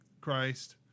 Christ